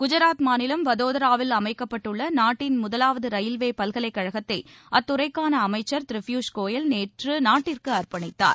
குஜராத் மாநிலம் வடொதராவில் அமைக்கப்பட்டுள்ள நாட்டின் முதலாவது ரயில்வே பல்கலைக்கழகத்தை அத்துறைக்கான அமைச்சர் திரு பியூஷ் கோயல் நேற்று நாட்டிற்கு அர்பணித்தார்